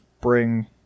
bring